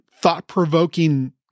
thought-provoking